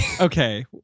okay